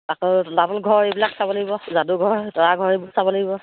আকৌ তলাতল ঘৰ এইবিলাক চাব লাগিব যাদু ঘৰ তৰা ঘৰ এইবোৰ চাব লাগিব